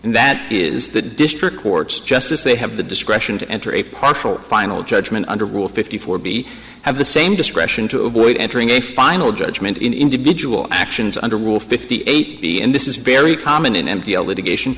and that is the district court's justice they have the discretion to enter a partial final judgment under rule fifty four b have the same discretion to avoid entering a final judgment in individual actions under rule fifty eight b and this is very common in m t l litigation